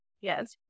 Yes